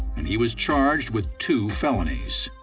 and he was charged with two felonies.